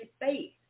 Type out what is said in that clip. faith